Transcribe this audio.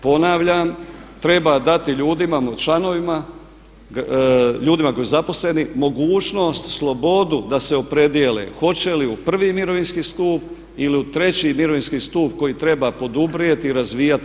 Ponavljam, treba dati ljudima članovima, ljudima koji su zaposleni mogućnost, slobodu da se opredijele hoće li u prvi mirovinski stup ili u treći mirovinski stup koji treba poduprijeti i razvijati.